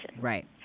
Right